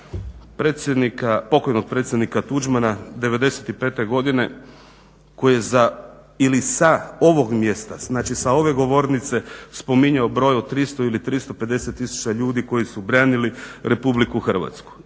pokojnog predsjednika Tuđmana '95. godine koji je sa ovog mjesta, znači sa ove govornice, spominjao broj od 300 ili 350 tisuća ljudi koji su branili RH. Danas